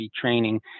training